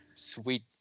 Sweet